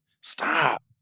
stop